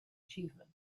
achievement